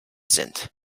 sind